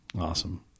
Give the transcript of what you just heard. Awesome